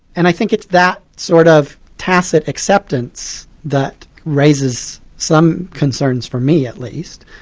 and i think it's that sort of tacit acceptance that raises some concerns for me at least,